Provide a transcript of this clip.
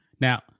Now